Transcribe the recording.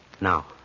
Now